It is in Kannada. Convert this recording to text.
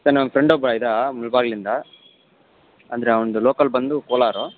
ಸರ್ ನಮ್ಮ ಫ್ರೆಂಡ್ ಒಬ್ಬ ಇದ್ದ ಮುಳ್ಬಾಗಿಲಿಂದ ಅಂದರೆ ಅವ್ನದ್ದು ಲೋಕಲ್ ಬಂದು ಕೋಲಾರು